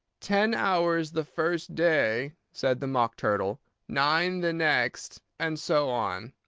ten hours the first day, said the mock turtle nine the next, and so on.